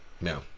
No